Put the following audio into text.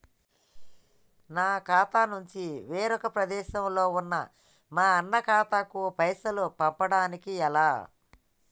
నా ఖాతా నుంచి వేరొక ప్రదేశంలో ఉన్న మా అన్న ఖాతాకు పైసలు పంపడానికి ఎలా?